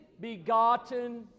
begotten